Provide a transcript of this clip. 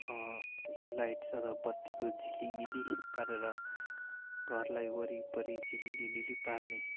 यो लाइट्स र बत्तीको झिलिमिली पारेर घरलाई वरिपरि झिलिलिलिली पार्ने